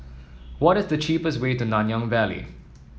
what is the cheapest way to Nanyang Valley